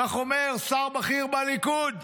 כך אומר שר בכיר בליכוד.